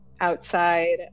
outside